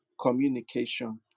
communication